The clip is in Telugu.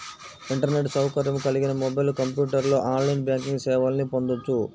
ఇంటర్నెట్ సౌకర్యం కలిగిన మొబైల్, కంప్యూటర్లో ఆన్లైన్ బ్యాంకింగ్ సేవల్ని పొందొచ్చు